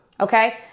Okay